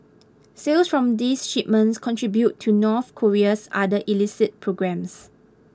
sales from these shipments contribute to North Korea's other illicit programmes